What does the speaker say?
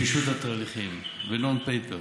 בפישוט התהליכים, וב-non paper.